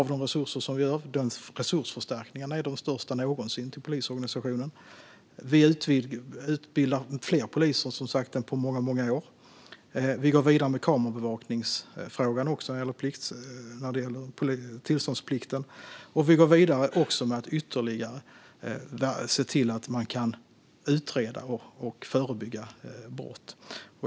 Vi genomför de största resursförstärkningarna någonsin till polisorganisationen. Vi utbildar som sagt fler poliser än på många år. Vi går vidare med kameraövervakningsfrågan och tillståndsplikten och med ytterligare åtgärder för att se till att brott kan utredas och förebyggas.